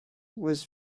was